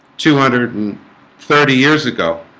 two hundred and thirty years ago